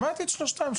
שמעתי את שלושתם.